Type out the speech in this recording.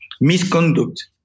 misconduct